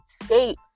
escape